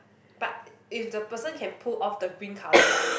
but if the person can pull of the green colour right